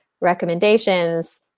recommendations